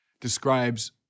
describes